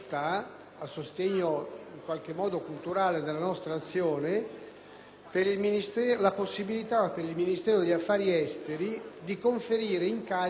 la possibilità per il Ministero degli affari esteri di conferire incarichi temporanei a organismi ed enti specializzati